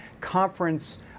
conference